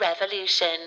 Revolution